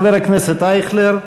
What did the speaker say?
חבר הכנסת אייכלר,